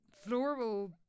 floral